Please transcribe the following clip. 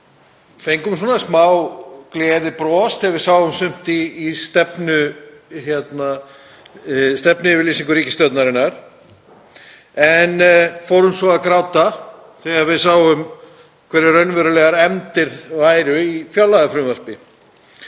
mörg brostum smá gleðibrosi þegar við sáum sumt í stefnuyfirlýsingu ríkisstjórnarinnar en fórum svo að gráta þegar við sáum hverjar raunverulegar efndir voru í fjárlagafrumvarpi.